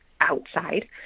outside